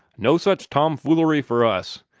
no such tom-foolery for us!